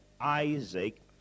Isaac